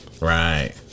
Right